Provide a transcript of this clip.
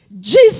Jesus